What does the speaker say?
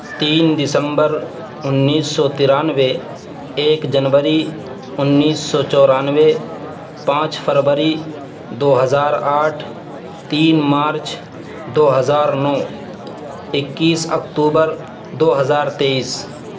تین دسمبر انیس سو ترانوے ایک جنوری انیس سو چورانوے پانچ فروری دو ہزار آٹھ تین مارچ دو ہزار نو اکیس اکتوبر دو ہزار تیئیس